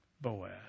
Boaz